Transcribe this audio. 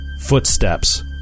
Footsteps